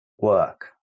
work